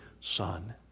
Son